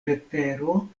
letero